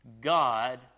God